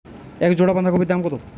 এক জোড়া বাঁধাকপির দাম কত?